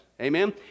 Amen